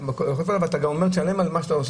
לעשות משהו ואתה גם אומר לו לשלם על כך.